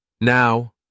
Now